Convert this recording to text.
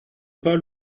pas